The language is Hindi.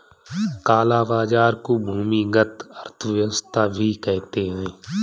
काला बाजार को भूमिगत अर्थव्यवस्था भी कहते हैं